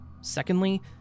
Secondly